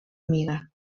amiga